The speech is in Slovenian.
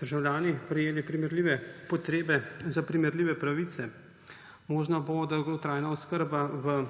državljani prejeli primerljive potrebe za primerljive pravice, mogoča bo dolgotrajna oskrba v